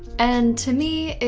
and to me,